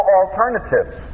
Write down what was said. alternatives